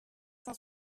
cent